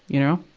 you know?